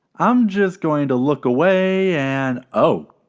i'm just going to look away and, oh.